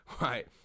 Right